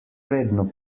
vedno